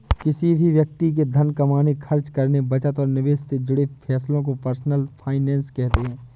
किसी भी व्यक्ति के धन कमाने, खर्च करने, बचत और निवेश से जुड़े फैसलों को पर्सनल फाइनैन्स कहते हैं